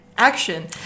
Action